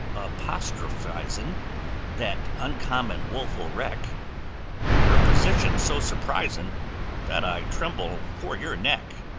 apostrophisin' that uncommon woful wreck your position's so surprisin' that i tremble for your neck!